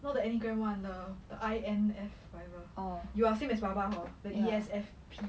no the anti grant one the the I_M_F whatever you are same as baba hor the E_S_F_P